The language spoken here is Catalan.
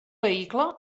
vehicle